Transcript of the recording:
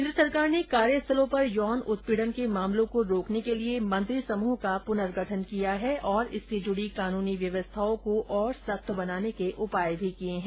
केन्द्र सरकार ने कार्य स्थलों पर यौन उत्पीड़न के मामलों को रोकने के लिए मंत्री समूह का प्रनर्गठन किया है और इससे जुड़ी कानूनी व्यवस्थाओं को और सख्त बनाने के उपाय भी किए हैं